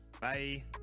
Bye